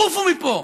עופו מפה.